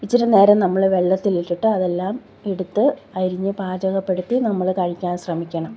ഇച്ചിരി നേരം നമ്മൾ വെള്ളത്തിലിട്ടിട്ട് അതെല്ലാം എടുത്ത് അരിഞ്ഞ് പാചകപ്പെടുത്തി നമ്മൾ കഴിക്കാൻ ശ്രമിക്കണം